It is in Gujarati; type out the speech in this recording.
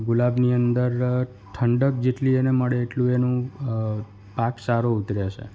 ગુલાબની અંદર ઠંડક જેટલી એને મળે એટલું એનું પાક સારો ઉતરે છે